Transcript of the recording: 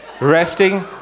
resting